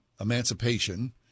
emancipation